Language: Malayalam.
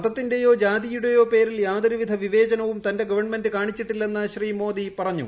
മതത്തിന്റെയോ ജാതിയുടെയോ പേരിൽ പ്രയാതൊരു വിധ വിവേചനവും തന്റെ ഗവൺമെന്റ് കാണിച്ചിട്ടില്ലെന്ന് ശ്രീ മോദി പറഞ്ഞു